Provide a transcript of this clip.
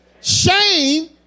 Shame